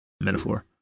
Metaphor